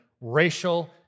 racial